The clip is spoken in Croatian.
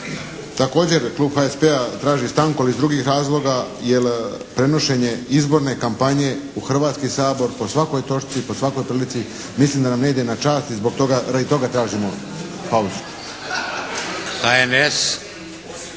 Također klub HSP-a traži stanku ali iz drugih razloga, jer prenošenje izborne kampanje u Hrvatski sabor po svakoj točci, po svakoj prilici mislim da nam ne ide na čast i zbog toga, radi toga